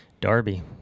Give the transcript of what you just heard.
Darby